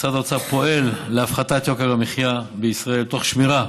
משרד האוצר פועל להפחתת יוקר המחיה בישראל תוך שמירה